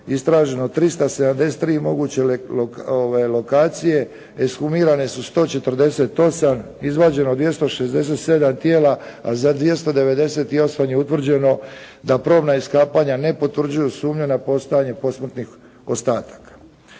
istraženo 373 moguće lokacije, ekshumirane su 148, izvađeno 267 tijela, a za 298 je utvrđeno da probna iskapanja ne potvrđuju sumnju na postojanje posmrtnih ostataka.